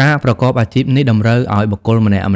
ការប្រកបអាជីពនេះតម្រូវឱ្យបុគ្គលម្នាក់ៗ